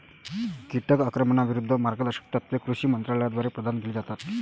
कीटक आक्रमणाविरूद्ध मार्गदर्शक तत्त्वे कृषी मंत्रालयाद्वारे प्रदान केली जातात